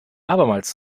abermals